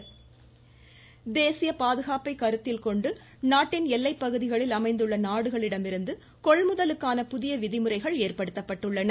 ம் ம் ம் ம் ம விதிமுறைகள் தேசிய பாதுகாப்பை கருத்தில்கொண்டு நாட்டின் எல்லை பகுதிகளில் அமைந்துள்ள நாடுகளிடமிருந்து கொள்முதலுக்கான புதிய விதிமுறைகள் ஏற்படுத்தப்பட்டுள்ளன